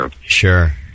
Sure